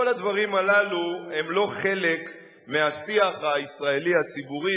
כל הדברים האלה הם לא חלק מהשיח הישראלי הציבורי,